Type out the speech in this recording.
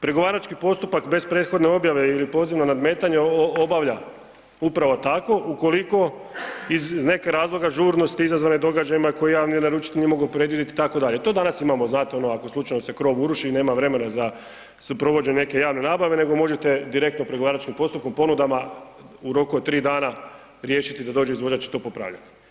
„pregovarački postupak bez prethodne objave ili poziva nadmetanja obavlja upravo tako, ukoliko iz nekog razloga žurnosti izazvane događajima koji javni naručitelj nije mogao predvidjeti“ itd. to danas imamo znate ono ako se slučajno krov uruši nema vremena za provođenje neke javne nabave nego možete direktno pregovaračkim postupkom ponudama u roku od tri dana riješiti da dođe izvođač to popravljati.